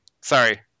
Sorry